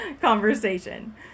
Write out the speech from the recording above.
conversation